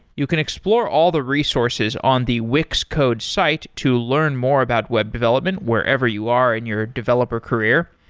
you can explore all the resources on the wix code's site to learn more about web development wherever you are in your developer career.